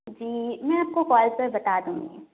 جی میں آپ کو کال پہ بتا دوں گی